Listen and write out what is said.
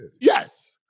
Yes